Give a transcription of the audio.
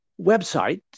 website